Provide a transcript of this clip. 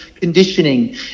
conditioning